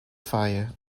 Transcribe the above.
fire